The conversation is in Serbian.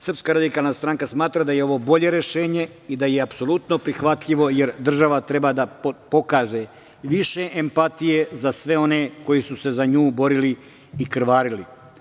Srpska radikalna stranka, smatra da je ovo bolje rešenje i da je apsolutno prihvatljivo i da država treba da pokaže više empatije za sve one koji su se za nju borili i krvarili.